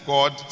God